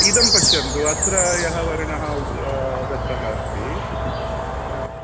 इदं पश्यन्तु अत्र यः वर्णः दत्तः अस्ति ह